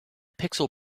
pixel